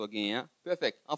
Perfect